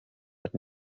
wird